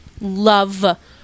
Love